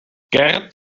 gerd